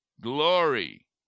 glory